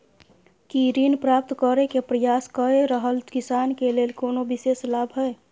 की ऋण प्राप्त करय के प्रयास कए रहल किसान के लेल कोनो विशेष लाभ हय?